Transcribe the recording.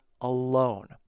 alone